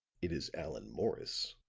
it is allan morris.